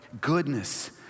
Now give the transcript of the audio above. goodness